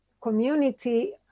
community